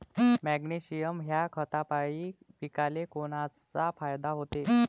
Magnesium ह्या खतापायी पिकाले कोनचा फायदा होते?